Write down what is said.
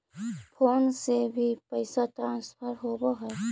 Phone से भी पैसा ट्रांसफर होवहै?